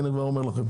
הנה כבר אני אומר לכם,